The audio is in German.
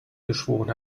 geschworen